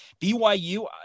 BYU